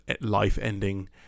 life-ending